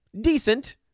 Decent